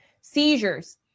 Seizures